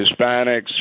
Hispanics